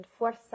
fuerza